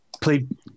played